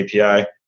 API